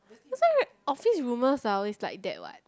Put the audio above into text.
that's why office rumours are always like that what